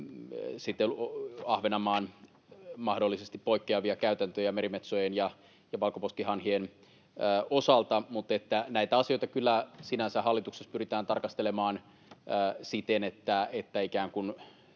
ja Ahvenanmaan mahdollisesti poikkeavien käytäntöjen ja merimetsojen ja valkoposkihanhien osalta, mutta näitä asioita kyllä sinänsä hallituksessa pyritään tarkastelemaan siten, että